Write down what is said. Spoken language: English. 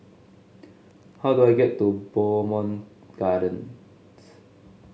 how do I get to Bowmont Gardens